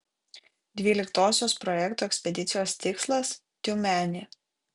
dvyliktosios projekto ekspedicijos tikslas tiumenė